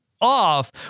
off